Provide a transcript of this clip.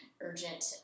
urgent